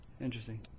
Interesting